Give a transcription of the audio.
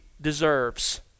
deserves